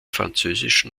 französischen